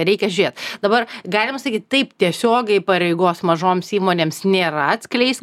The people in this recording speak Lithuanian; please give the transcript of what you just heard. reikia žiūrėt dabar galima sakyt taip tiesiogiai pareigos mažoms įmonėms nėra atskleist